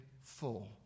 full